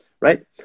right